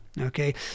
okay